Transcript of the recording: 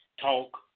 talk